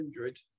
100